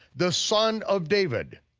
the son of david,